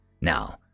Now